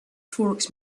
forks